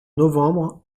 novembre